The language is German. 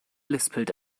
lispelt